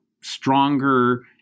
stronger